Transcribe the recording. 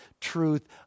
truth